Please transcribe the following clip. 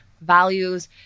Values